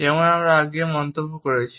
যেমনটি আমরা আগে মন্তব্য করেছি